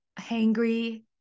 hangry